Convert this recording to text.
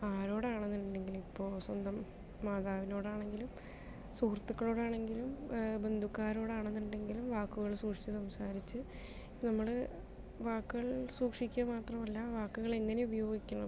ആരോടാണെന്നുണ്ടെങ്കിലും ഇപ്പോൾ സ്വന്തം മാതാവിനോട് ആണെങ്കിലും സുഹൃത്തുക്കളോട് ആണെങ്കിലും ബന്ധുക്കാരോട് ആണെന്നുണ്ടെങ്കിലും വാക്കുകൾ സൂക്ഷിച്ചു സംസാരിച്ച് ഇപ്പോൾ നമ്മൾ വാക്കുകൾ സൂക്ഷിക്കുക മാത്രമല്ല വാക്കുകൾ എങ്ങനെ ഉപയോഗിക്കണം